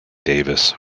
davis